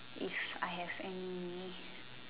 if I have any